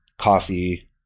coffee